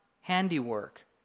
handiwork